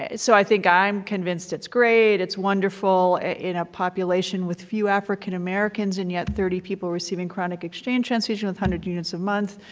and so i think i'm convinced it's great, it's wonderful in a population with few african americans, and yet thirty people receiving chronic exchange transfusion with one hundred units a month,